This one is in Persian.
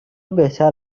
بهتر